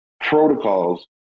protocols